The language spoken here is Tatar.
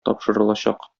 тапшырылачак